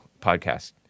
podcast